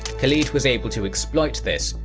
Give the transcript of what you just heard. khalid was able to exploit this,